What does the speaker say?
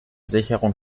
sicherung